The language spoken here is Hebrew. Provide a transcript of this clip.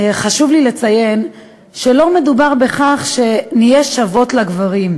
חשוב לי לציין שלא מדובר בכך שנהיה שוות לגברים,